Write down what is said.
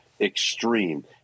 extreme